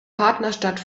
partnerstadt